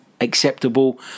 acceptable